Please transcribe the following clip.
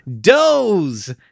Doze